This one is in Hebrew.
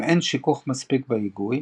אם אין שיכוך מספיק בהיגוי,